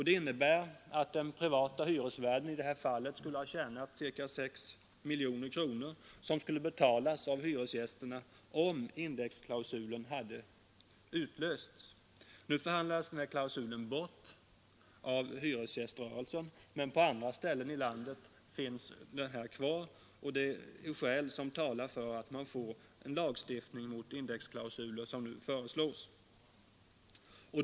Det innebär att den privata hyresvärden i det här fallet skulle ha tjänat ca 6 miljoner kronor, som skulle betalas av hyresgästen om indexklausulen hade utlösts. Nu förhandlades denna klausul bort av hyresgäströrelsen, men på andra ställen i landet finns den kvar, och det är skäl som talar för den lagstiftning mot indexklausuler som nu föreslås.